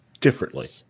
Differently